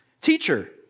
Teacher